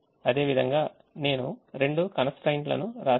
అదే విధంగా నేను రెండు constraints లను వ్రాశాను